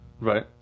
Right